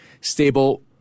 stable